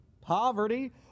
poverty